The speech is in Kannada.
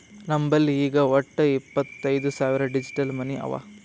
ನಮ್ ಬಲ್ಲಿ ಈಗ್ ವಟ್ಟ ಇಪ್ಪತೈದ್ ಸಾವಿರ್ ಡಿಜಿಟಲ್ ಮನಿ ಅವಾ